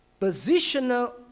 positional